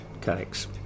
cakes